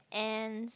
ants